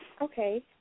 okay